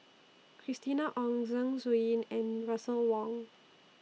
Christina Ong Zeng Shouyin and Russel Wong